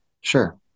Sure